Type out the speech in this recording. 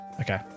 Okay